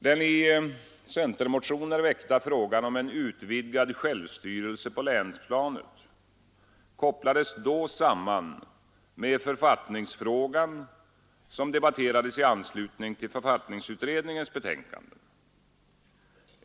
Den i centermotioner väckta frågan om en utvidgad självstyrelse på länsplanet kopplades då samman med författningsfrågan som debatterades i anslutning till författningsutredningens betänkanden.